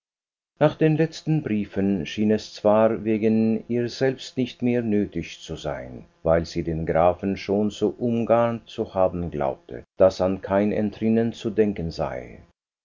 nach den letzten briefen schien es zwar wegen ihr selbst nicht mehr nötig zu sein weil sie den grafen schon so umgarnt zu haben glaubte daß an kein entrinnen zu denken sei